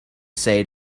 say